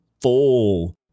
full